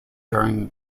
during